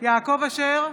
יעקב אשר,